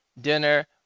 Dinner